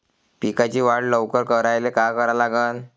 पिकाची वाढ लवकर करायले काय करा लागन?